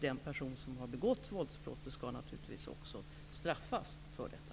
Den person som begått våldsbrottet skall naturligtvis också straffas för detta.